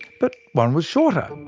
but one was shorter.